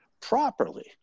properly